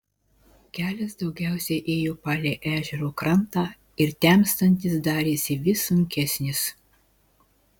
kelias daugiausiai ėjo palei ežero krantą ir temstant jis darėsi vis sunkesnis